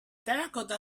terracotta